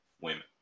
women